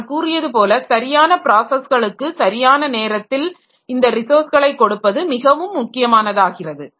நான் கூறியது போல சரியான ப்ராஸஸ்களுக்கு சரியான நேரத்தில் இந்த ரிசோர்ஸ்களை கொடுப்பது மிகவும் முக்கியமானதாகிறது